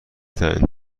ترین